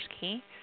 key